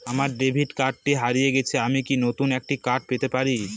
আমার ডেবিট কার্ডটি হারিয়ে গেছে আমি কি নতুন একটি কার্ড পেতে পারি?